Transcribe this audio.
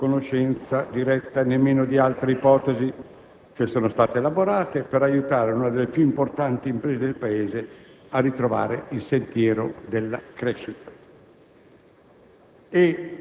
non ho avuto conoscenza diretta nemmeno di altre ipotesi che sono state elaborate per aiutare una delle più importanti imprese del Paese a ritrovare il sentiero della crescita.